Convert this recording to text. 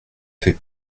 fait